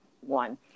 one